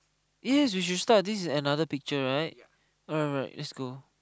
eh we should start this is another picture right alright alright lets go